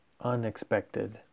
unexpected